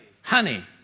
Honey